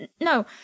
No